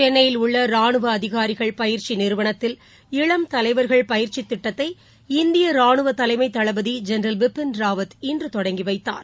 சென்னையில் உள்ளரானுவ அதிகாரிகள் பயிற்சிநிறுவனத்தில் இளம் தலைவர்கள் பயிற்சித் திட்டத்தை இந்தியராணுவதலைமைதளபதிஜென்ரல் பிபின் ராவத் இன்றுதொடங்கிவைத்தார்